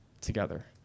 together